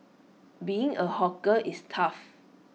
being A hawker is tough